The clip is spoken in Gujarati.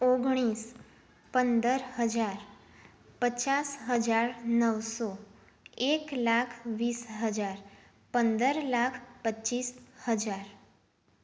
ઓગણીસ પંદર હજાર પચાસ હજાર નવસો એક લાખ વીસ હજાર પંદર લાખ પચ્ચીસ હજાર